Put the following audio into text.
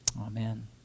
Amen